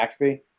McAfee